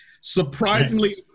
Surprisingly